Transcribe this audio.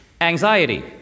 Anxiety